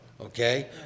okay